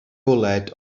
bwled